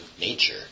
nature